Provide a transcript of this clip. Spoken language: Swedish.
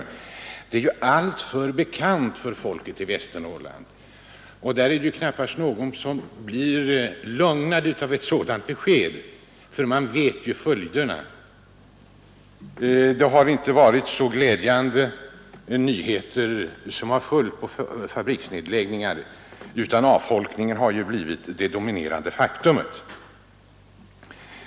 Dylika meddelanden är alltför bekanta för folket i Västernorrland. Där är det knappast någon som blir lugnad av sådana besked, för man känner till följderna. Det har inte varit så glädjande nyheter som har följt på fabriksnedläggningarna. Avfolkningen har blivit ett dominerande faktum.